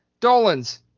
Dolans